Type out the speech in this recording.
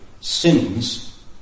sins